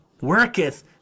worketh